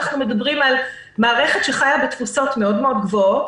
אנחנו מדברים על מערכת שחיה בתפוסות מאוד מאוד גבוהות,